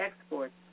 exports